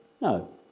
no